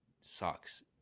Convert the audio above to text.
sucks